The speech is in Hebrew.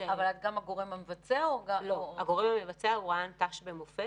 --- אבל את גם הגורם המבצע או --- הגורם המבצע הוא רע"ן ת"ש במופ"ת.